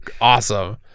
awesome